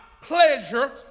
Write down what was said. pleasure